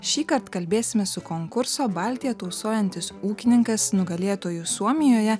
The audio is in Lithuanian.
šįkart kalbėsimės su konkurso baltiją tausojantis ūkininkas nugalėtoju suomijoje